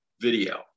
video